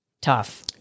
tough